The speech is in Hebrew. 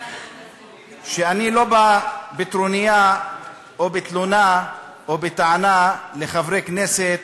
שאני לא בא בטרוניה או בתלונה או בטענה לחברי כנסת